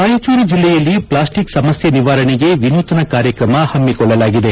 ರಾಯಚೂರು ಜಿಲ್ಲೆಯಲ್ಲಿ ಪ್ಲಾಸ್ಟಿಕ್ ಸಮಸ್ಯೆ ನಿವಾರಣೆಗೆ ವಿನೂತನ ಕಾರ್ಯಕ್ರಮ ಹಮ್ನಿಕೊಳ್ಳಲಾಗಿದೆ